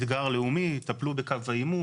אתגר לאומי, טפלו בקו העימות.